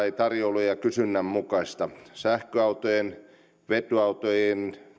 ei ole kysynnän mukaista sähköautojen ja vetyautojen